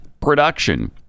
production